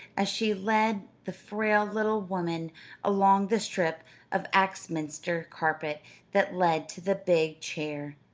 as she led the frail little woman along the strip of axminster carpet that led to the big chair.